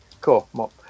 Cool